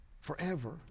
Forever